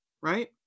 Right